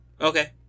okay